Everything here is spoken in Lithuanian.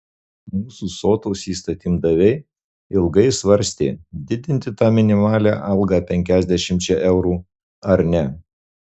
mūsų sotūs įstatymdaviai ilgai svarstė didinti tą minimalią algą penkiasdešimčia eurų ar ne